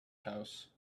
house